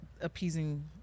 appeasing